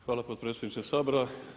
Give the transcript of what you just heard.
Hvala potpredsjedniče Sabora.